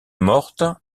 morte